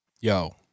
Yo